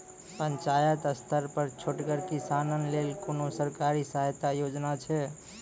पंचायत स्तर पर छोटगर किसानक लेल कुनू सरकारी सहायता योजना छै?